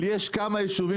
ישנם כמה יישובים